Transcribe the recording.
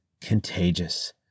contagious